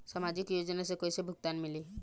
सामाजिक योजना से कइसे भुगतान मिली?